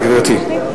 בבקשה, גברתי.